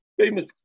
famous